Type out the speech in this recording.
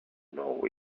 know